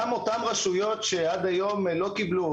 גם אותן רשויות שעד היום לא קיבלו או